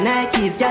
Nike's